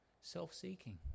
self-seeking